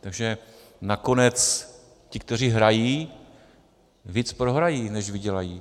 Takže nakonec ti, kteří hrají, víc prohrají, než vydělají.